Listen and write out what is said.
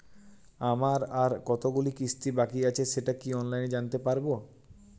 আমার আর কতগুলি কিস্তি বাকী আছে সেটা কি অনলাইনে জানতে পারব?